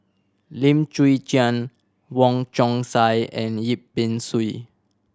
Lim Chwee Chian Wong Chong Sai and Yip Pin Xiu